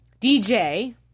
DJ